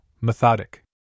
methodic